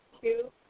two